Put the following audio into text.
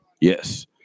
Yes